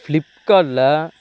ஃப்ளிப்கார்ட்டில்